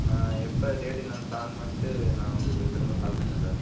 நான் எப்போ டேட் என்னென்னு ப்ளான் பண்ணிட்டு நான் உங்களுக்கு திரும்ப கால் பண்ணுறேன் சார்